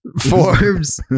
Forbes